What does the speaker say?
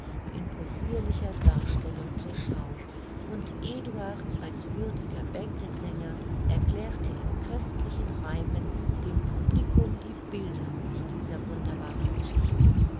in posirlicher darstellung zur schau und eduard als würdiger bänkelsänger erklärte in köstlichen reimen dem publikum die bilder zu dieser wunderbaren geschichte